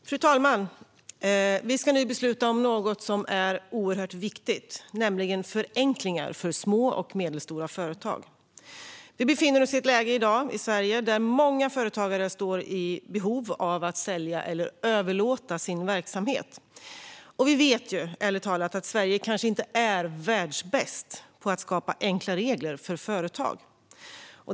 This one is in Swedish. Fru talman! Vi ska nu besluta om något som är oerhört viktigt, nämligen förenklingar för små och medelstora företag. Vi befinner oss i dag i Sverige i ett läge där många företagare är i behov av att sälja eller överlåta sin verksamhet. Vi vet ju, ärligt talat, att Sverige kanske inte är världsbäst på att skapa enkla regler för företag.